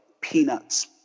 peanuts